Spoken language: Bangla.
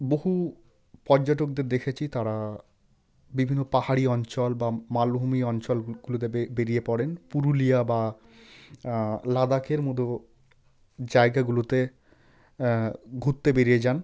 বহু পর্যটকদের দেখেছি তারা বিভিন্ন পাহাড়ি অঞ্চল বা মালভূমি অঞ্চল গুলোতে বেরিয়ে পড়েন পুরুলিয়া বা লাদাখের মতো জায়গাগুলোতে ঘুরতে বেরিয়ে যান